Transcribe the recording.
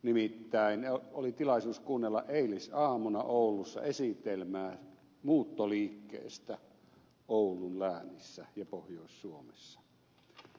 nimittäin minulla oli tilaisuus kuunnella eilisaamuna oulussa esitelmää muuttoliikkeestä oulun läänissä ja pohjois suomessa